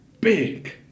big